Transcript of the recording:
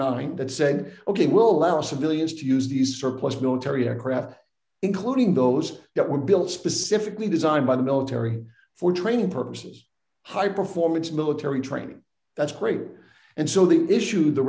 naing that said ok we'll allow civilians to use these surplus military aircraft including those that were built specifically designed by the military for training purposes high performance military training that's great and so the issue the